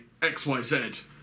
XYZ